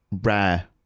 rare